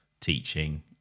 teaching